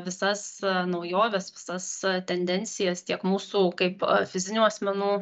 visas naujoves visas tendencijas tiek mūsų kaip fizinių asmenų